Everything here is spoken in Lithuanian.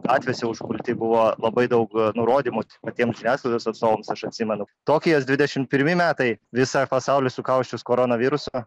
gatvėse užpulti buvo labai daug nurodymų patiems žiniasklaidos atstovams aš atsimenu tokijas dvidešim pirmi metai visą pasaulį sukausčius koronaviruso